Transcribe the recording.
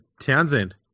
Townsend